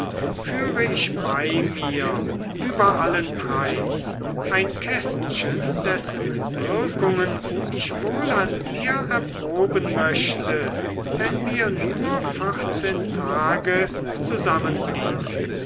führe ich bei mir über allen preis ein kästchen dessen wirkungen ich wohl an dir erproben möchte wenn wir nur vierzehn tage